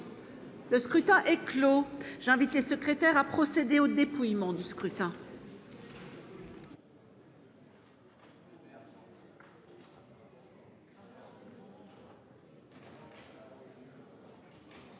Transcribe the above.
le scrutin est clos, j'invite les secrétaire à procéder au dépouillement du scrutin.